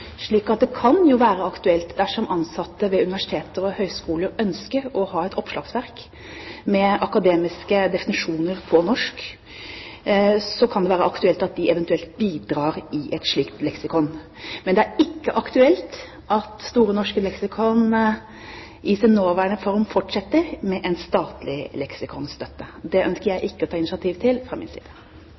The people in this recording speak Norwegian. Dersom ansatte ved universiteter og høyskoler ønsker å ha et oppslagsverk med akademiske definisjoner på norsk, kan det være aktuelt at de eventuelt bidrar i et slikt leksikon. Men det er ikke aktuelt at Store norske leksikon i sin nåværende form fortsetter med en statlig leksikonstøtte. Det ønsker jeg ikke å ta initiativ til fra min side.